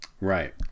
Right